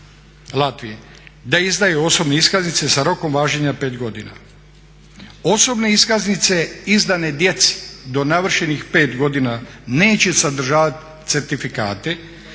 da izdaju osobne iskaznice sa rokom važenja pet godina. Osobne iskaznice izdane djedi do navršenih pet godina neće sadržavati certifikate,